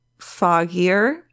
foggier